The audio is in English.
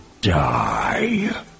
die